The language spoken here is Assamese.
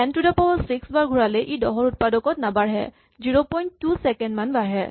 ten to the power six বাৰ ঘূৰালে ই দহৰ উৎপাদকত নাবাঢ়ে ০২ ছেকেণ্ড মান বাঢ়ে